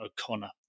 O'Connor